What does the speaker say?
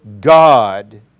God